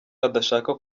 adashaka